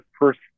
first